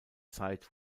zeit